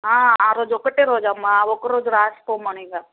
ఆరోజు ఒక రోజు అమ్మా ఆ ఒకరోజు రాసి పోమను ఇక